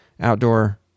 outdoor